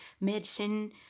medicine